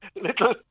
Little